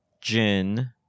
Jin